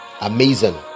Amazing